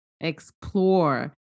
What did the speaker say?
explore